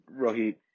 Rohit